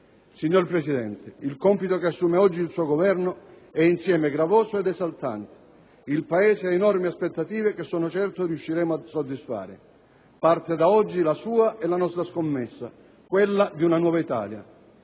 Signor Presidente, il compito che assume oggi il suo Governo è insieme gravoso ed esaltante. Il Paese ha enormi aspettative che sono certo riusciremo a soddisfare. Parte da oggi la sua e la nostra scommessa: quella di una nuova Italia.